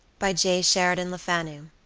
by j. sheridan lefanu